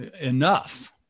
enough